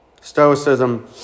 Stoicism